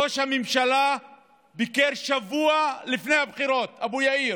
ראש הממשלה ביקר שבוע לפני הבחירות, אבו יאיר,